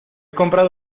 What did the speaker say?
comprado